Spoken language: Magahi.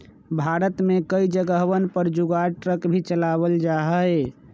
भारत में कई जगहवन पर जुगाड़ ट्रक भी चलावल जाहई